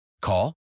Call